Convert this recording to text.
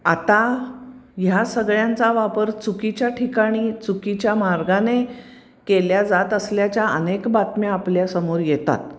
आता ह्या सगळ्यांचा वापर चुकीच्या ठिकाणी चुकीच्या मार्गाने केल्या जात असल्याच्या अनेक बातम्या आपल्यासमोर येतात